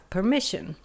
Permission